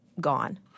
gone